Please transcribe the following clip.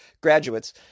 graduates